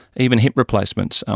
even hip replacements, um